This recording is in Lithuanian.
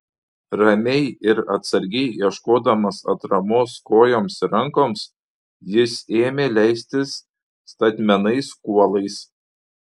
ramiai ir atsargiai ieškodamas atramos kojoms ir rankoms jis ėmė leistis statmenais kuolais